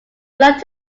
belonged